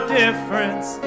difference